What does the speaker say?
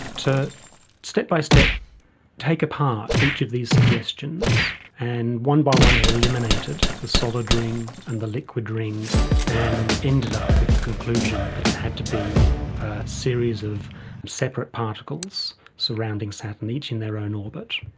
to step by step take apart each of the suggestions. and one by one he eliminated the solid ring and the liquid ring and ended up with the conclusion that it had to be a series of separate particles surrounding saturn, each in their own orbit.